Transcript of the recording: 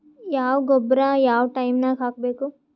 ಯಾವ ಗೊಬ್ಬರ ಯಾವ ಟೈಮ್ ನಾಗ ಹಾಕಬೇಕು?